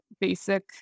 basic